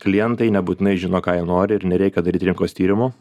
klientai nebūtinai žino ką jie nori ir nereikia daryt rinkos tyrimo